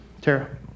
Tara